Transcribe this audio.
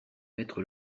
mettre